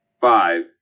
five